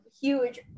huge